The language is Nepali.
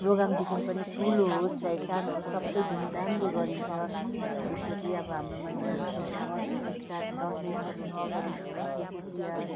प्रोग्रामदेखि पनि ठुलो होस् चाहे सानो होस् सबै धुमधामले गरिन्छ जस्तो कि अब हाम्रोमा यहाँको फर्स्टमा स्टार्ट दसैँ स्टार्ट हुनु अघाडि नै हामी कुकुर तिहार